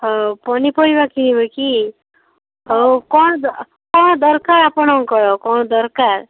ହଉ ପନିପରିବା କିଣିବେ କି ହଉ କ'ଣ କ'ଣ ଦରକାର ଆପଣଙ୍କର କ'ଣ ଦରକାର